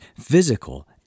physical